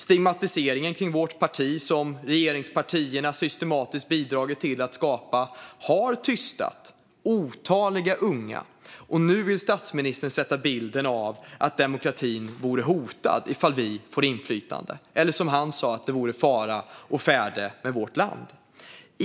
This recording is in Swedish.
Stigmatiseringen kring vårt parti, som regeringspartierna systematiskt bidragit till att skapa, har tystat otaliga unga, och nu vill statsministern sätta bilden av att demokratin vore hotad ifall vi får inflytande eller, som han sa, att det vore fara å färde med vårt land.